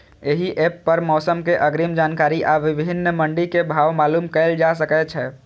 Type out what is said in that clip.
एहि एप पर मौसम के अग्रिम जानकारी आ विभिन्न मंडी के भाव मालूम कैल जा सकै छै